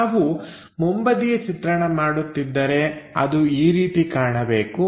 ನಾವು ಮುಂಬದಿಯ ಚಿತ್ರಣ ಮಾಡುತ್ತಿದ್ದರೆ ಅದು ಈ ರೀತಿ ಕಾಣಬೇಕು